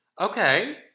Okay